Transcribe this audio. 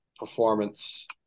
performance